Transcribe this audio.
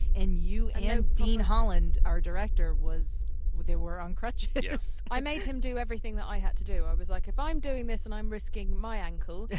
and you and dean holland, our director, was they were on crutches. yeah. i made him do everything that i had to do. i was like, if i'm doing this and i'm risking my ankle,